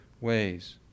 ways